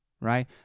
right